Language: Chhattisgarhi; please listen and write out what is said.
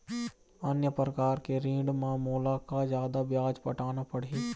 अन्य प्रकार के ऋण म मोला का जादा ब्याज पटाना पड़ही?